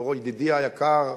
דורון אביטל ידידי היקר.